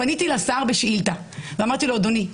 פניתי לשר בשאילתה ואמרתי לו: אדוני,